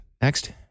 Next